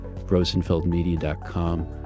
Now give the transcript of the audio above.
Rosenfeldmedia.com